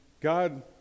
God